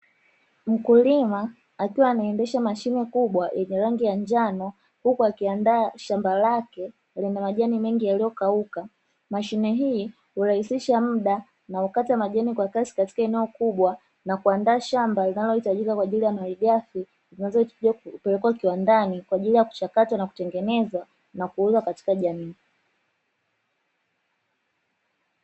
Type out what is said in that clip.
Mkulima akiwa anaendesha mashine kubwa yenye rangi ya njano, huku akiandaa shamba lake lenye majani mengi yaliyo kauka, mashine hii hurahisisha muda na kukata majani kwa Kasi katika eneo kubwa na kuandaa shamba linalohitajika kwa ajili ya malighafi zinazohitajika kupelekwa kiwandani kwa ajili ya kuchakata na kutengeneza na kuuza katika jamii.